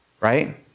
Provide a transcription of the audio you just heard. right